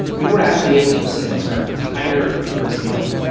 we were actually able to sequence her entire tumour genome,